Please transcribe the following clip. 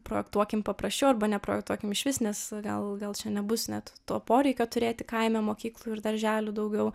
projektuokim paprasčiau arba neprojektuokim išvis nes gal gal čia nebus net to poreikio turėti kaime mokyklų ir darželių daugiau